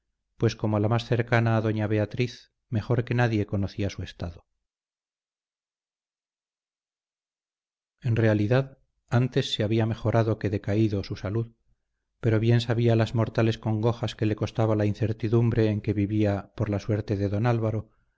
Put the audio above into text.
pues como la más cercana a doña beatriz mejor que nadie conocía su estado en realidad antes se había mejorado que decaído su salud pero bien sabía las mortales congojas que le costaba la incertidumbre en que vivía por la suerte de don álvaro